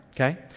okay